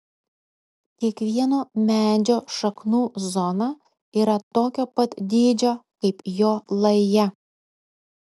kiekvieno medžio šaknų zona yra tokio pat dydžio kaip jo laja